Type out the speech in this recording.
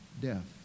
death